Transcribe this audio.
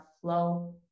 flow